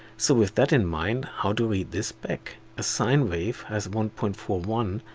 so, with that in mind, how to read this spec? a sine wave has one point four one,